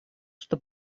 что